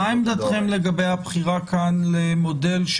מה עמדתכם לגבי הבחירה כאן למודל,